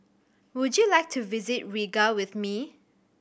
would you like to visit Riga with me